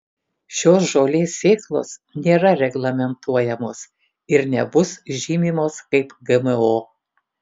šios žolės sėklos nėra reglamentuojamos ir nebus žymimos kaip gmo